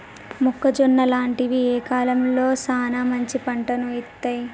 మొక్కజొన్న లాంటివి ఏ కాలంలో సానా మంచి పంటను ఇత్తయ్?